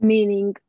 Meaning